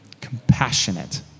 Compassionate